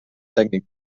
tècnic